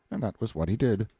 and that was what he did.